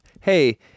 hey